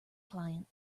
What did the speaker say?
client